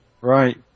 Right